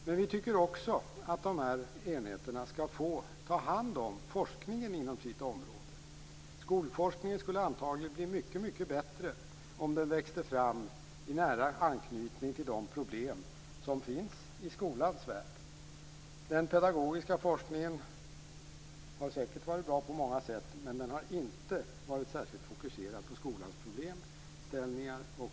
Men vi tycker också att dessa enheter skall få ta hand om forskningen inom sitt område. Skolforskningen skulle antagligen bli mycket bättre om den växte fram i nära anknytning till de problem som finns i skolans värld. Den pedagogiska forskningen har säkert varit bra på många sätt, men den har inte varit särskilt fokuserad på skolans problemställningar.